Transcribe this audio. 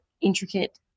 intricate